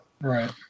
Right